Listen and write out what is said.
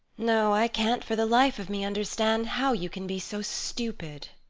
no, i can't for the life of me understand how you can be so stupid.